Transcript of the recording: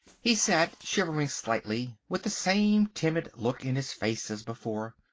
he sat shivering slightly, with the same timid look in his face as before.